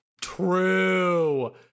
True